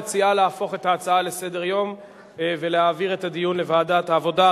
המציעה להפוך את ההצעה להצעה לסדר-היום ולהעביר את הדיון לוועדת העבודה,